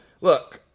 Look